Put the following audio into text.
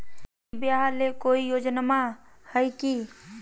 बेटी ब्याह ले कोई योजनमा हय की?